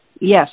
Yes